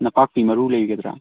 ꯅꯄꯥꯛꯄꯤ ꯃꯔꯨ ꯂꯩꯒꯗ꯭ꯔꯥ